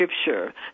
Scripture